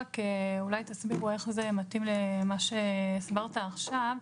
אולי תסבירו איך זה מתאים אל מה שהסברת עכשיו.